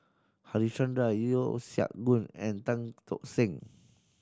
Harichandra Yeo Siak Goon and Tan Tock San